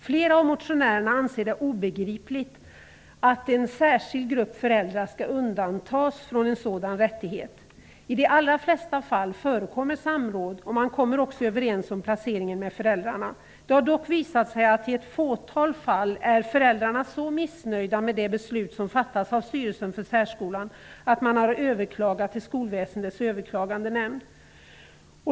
Flera av motionärerna anser det obegripligt att en särskild grupp föräldrar skall undantas en sådan rätt. I de allra flesta fall förekommer samråd, och man kommer också överens om placeringen av barnen med föräldrarna. Det har dock visat sig att i ett fåtal fall är föräldrarna så missnöjda med det beslut som fattats av styrelsen för särskolan att de har överklagat till Skolväsendets överklagandenämnd.